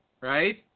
right